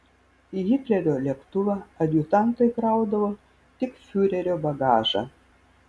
į hitlerio lėktuvą adjutantai kraudavo tik fiurerio bagažą